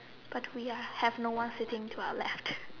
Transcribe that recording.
but we are have no one sitting to our left